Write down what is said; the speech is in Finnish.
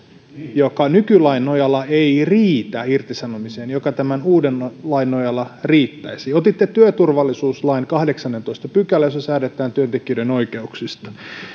joka nykylain nojalla ei riitä irtisanomiseen ja joka tämän uuden lain nojalla riittäisi otitte esiin työturvallisuuslain kahdeksannentoista pykälän jossa säädetään työntekijöiden oikeuksista